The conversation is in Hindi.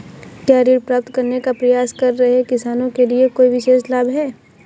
क्या ऋण प्राप्त करने का प्रयास कर रहे किसानों के लिए कोई विशेष लाभ हैं?